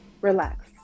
relax